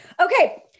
Okay